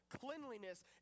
cleanliness